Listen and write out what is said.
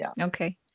Okay